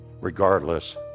Regardless